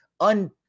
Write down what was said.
un